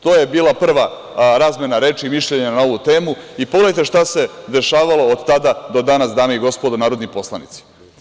To je bila prva razmena reči i mišljenja na ovu temu i pogledajte šta se dešavalo od tada do danas, dame i gospodo narodni poslanici.